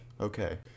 Okay